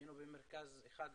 היינו במרכז אחד בעילבון,